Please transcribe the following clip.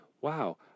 wow